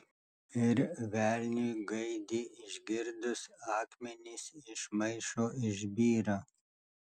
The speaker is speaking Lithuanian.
ir velniui gaidį išgirdus akmenys iš maišo išbyra